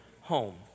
home